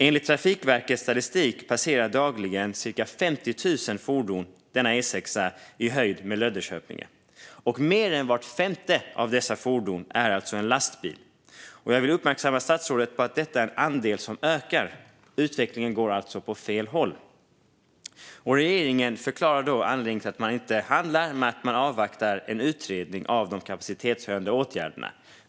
Enligt Trafikverkets statistik passerar dagligen cirka 50 000 fordon E6:an i höjd med Löddeköpinge. Mer än vart femte av dessa fordon är en lastbil. Jag vill uppmärksamma statsrådet på att detta är en andel som ökar. Utvecklingen går alltså åt fel håll. Regeringen förklarar att anledningen till att man inte handlar är att man avvaktar en utredning av de kapacitetshöjande åtgärderna.